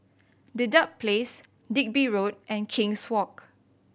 Dedap Place Digby Road and King's Walk